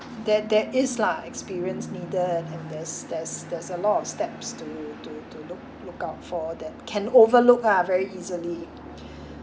there there is lah experience needed and there's there's there's a lot of steps to to to look look out for that can overlook ah very easily